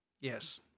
Yes